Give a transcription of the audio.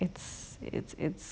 it's it's it's